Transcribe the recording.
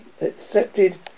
accepted